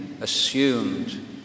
assumed